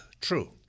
true